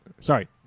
Sorry